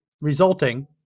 resulting